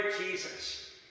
Jesus